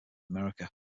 america